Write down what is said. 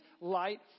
light